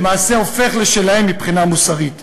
ולמעשה הוא הופך להיות שלהם מבחינה מוסרית.